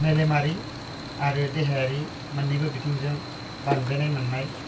मेलेमारि आरो देहायारि मोन्नैबो बिथिंजों बानजायनाय मोन्नाय